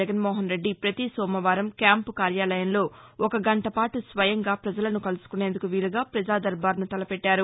జగన్మోహన్రెడ్డి ప్రతీ సోమవారం క్యాంప్ కార్యాలయంలో ఒక గంట పాటు స్వయంగా ప్రజలను కలుసుకునేందుకు వీలుగా పజాదర్బార్ను తలపెట్టారు